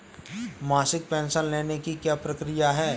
मासिक पेंशन लेने की क्या प्रक्रिया है?